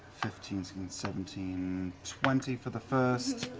fifteen, sixteen, seventeen, twenty for the first.